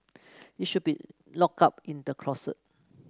it should be locked up in the closet